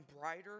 brighter